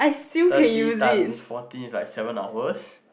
thirty times forty is like seven hours